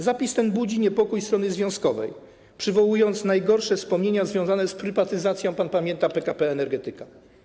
Zapis ten budzi niepokój strony związkowej, bo przywołuje najgorsze wspomnienia związane z prywatyzacją, pan pamięta, PKP Energetyka.